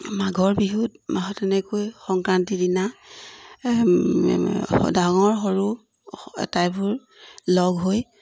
মাঘৰ বিহুত মাহত এনেকৈ সংক্ৰান্তিৰ দিনা ডাঙৰ সৰু আটাইবোৰ লগ হৈ